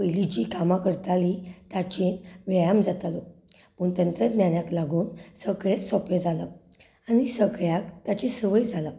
पयलीं जीं कामां करतालीं तांचो व्यायाम जातालो पूण तंत्रज्ञानाक लागून सगलेंच सोंपें जालां आनी सगल्यांक ताची संवय जाल्या